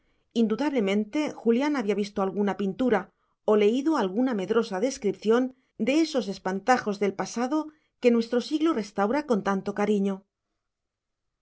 indudablemente julián había visto alguna pintura o leído alguna medrosa descripción de esos espantajos del pasado que nuestro siglo restaura con tanto cariño